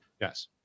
Yes